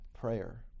Prayer